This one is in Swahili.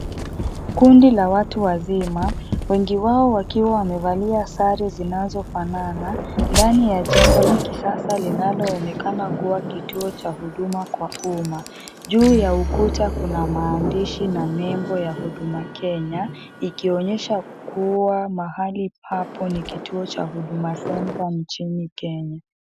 Kundi la watu wazima wengi wao wakiwa wamevalia sare zinazofanana ndani ya jengo la kisasa linaloonekana kuwa kituo cha huduma kwa umma. Juu ya ukuta kuna maandishi na nembo ya huduma Kenya ikionyesha kuwa mahali papo ni kituo cha huduma centre nchini Kenya.